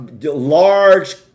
large